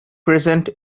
present